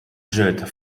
jet